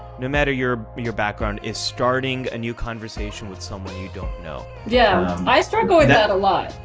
no matter your your background, is starting a new conversation with someone you don't know yeah! i struggle with that a lot.